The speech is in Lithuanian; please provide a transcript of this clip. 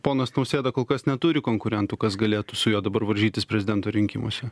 ponas nausėda kol kas neturi konkurentų kas galėtų su juo dabar varžytis prezidento rinkimuose